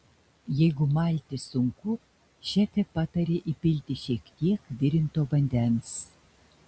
jeigu malti sunku šefė pataria įpilti šie tiek virinto vandens